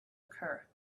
occur